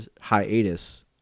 hiatus